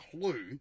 clue